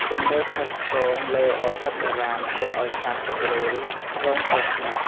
ជំនឿខុសឆ្គងលើឱសថបុរាណធ្វើឱ្យសត្វ ពង្រូល រងគ្រោះថ្នាក់។